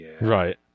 Right